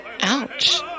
Ouch